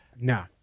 No